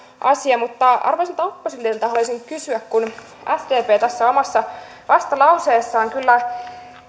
asia arvoisalta oppositiolta haluaisin kysyä kun sdp tässä omassa vastalauseessaan kyllä